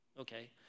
okay